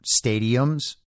stadiums